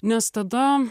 nes tada